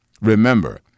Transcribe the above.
Remember